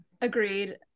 agreed